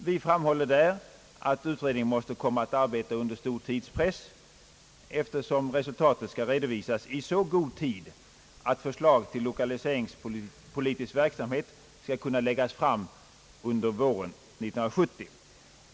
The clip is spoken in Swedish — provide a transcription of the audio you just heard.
Vi framhåller där att utredningen måste komma att arbeta under stor tidspress, eftersom resultat skall redovisas i så god tid att förslag till lokaliseringspolitisk verksamhet skall kunna läggas fram våren 1970.